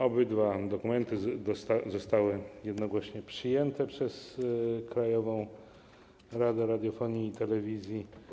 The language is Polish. Obydwa dokumenty zostały jednogłośnie przyjęte przez Krajową Radę Radiofonii i Telewizji.